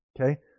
Okay